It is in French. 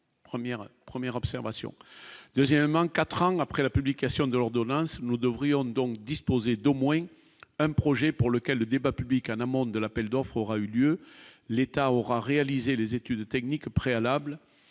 premières observations, deuxièmement, 4 ans après la publication de l'ordonnance, nous devrions donc disposer d'au moins un projet pour lequel le débat public en amont de l'appel d'offres aura eu lieu, l'État aura réalisé les études techniques préalables